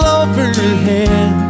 overhead